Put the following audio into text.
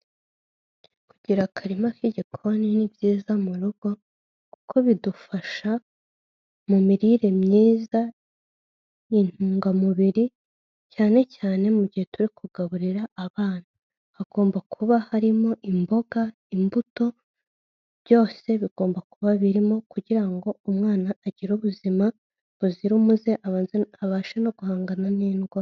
Kugira akarima k'igikoni ni byiza mu rugo, kuko bidufasha mu mirire myiza, intungamubiri, cyane cyane mu gihe turi kugaburira abana, hagomba kuba harimo imboga, imbuto, byose bigomba kuba birimo, kugira ngo umwana agire ubuzima buzira umuze, abashe no guhangana n'indwara.